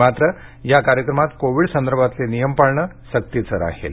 मात्र कार्यक्रमात कोविड संदर्भातले नियम पाळणं सक्तीचं असेल